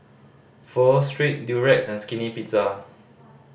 Pho Street Durex and Skinny Pizza